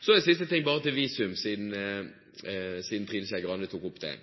Så til det andre, og siste, jeg skal ta opp: visum – siden Trine Skei Grande tok opp det.